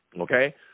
okay